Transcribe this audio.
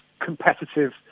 competitive